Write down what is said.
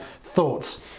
thoughts